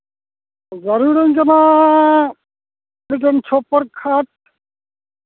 ᱡᱟᱹᱨᱩᱲᱟᱹᱧ ᱠᱟᱱᱟ ᱢᱤᱫᱴᱮᱱ ᱠᱷᱟᱴ